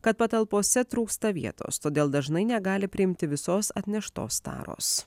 kad patalpose trūksta vietos todėl dažnai negali priimti visos atneštos taros